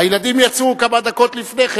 הילדים יצאו כמה דקות לפני כן,